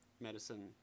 medicine